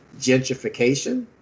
gentrification